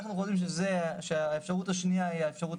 אנחנו חושבים שהאפשרות השנייה היא האפשרות